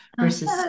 versus